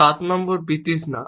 7 নম্বর বিতৃষ্ণা